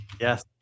yes